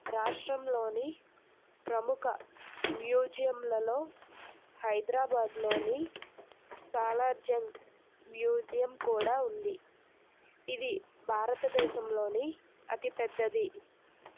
రాష్ట్రంలోని ప్రముఖ మ్యూజియంలలో హైదరాబాద్లోని సాలార్జంగ్ మ్యూజియం కూడా ఉంది ఇది భారతదేశంలోనే అతిపెద్దది